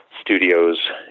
studios